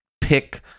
pick